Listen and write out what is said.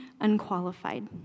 unqualified